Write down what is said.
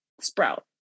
sprout